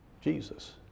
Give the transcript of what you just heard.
Jesus